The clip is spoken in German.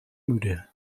müde